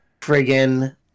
friggin' –